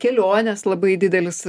kelionės labai didelis